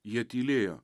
jie tylėjo